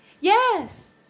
Yes